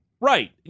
Right